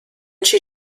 she